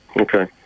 Okay